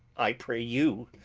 i pray you,